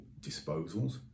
disposals